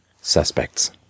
suspects